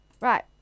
Right